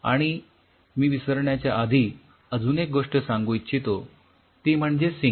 आणि मी विसरण्याच्या आधी अजून एक गोष्ट सांगू इच्छितो ती म्हणजे सिंक